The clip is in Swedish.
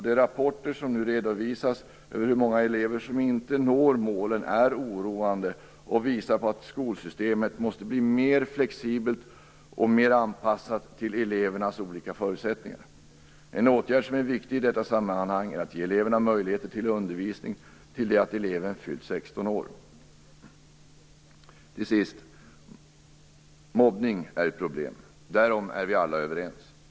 De rapporter som nu redovisas över hur många elever som inte når målen är oroande och visar på att skolsystemet måste bli mer flexibelt och mer anpassat till elevernas olika förutsättningar. En åtgärd som är viktig i detta sammanhang är att ge eleverna möjligheter till undervisning till det att eleven fyllt 16 år. Till sist: Mobbning är ett problem. Därom är vi alla överens.